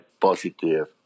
positive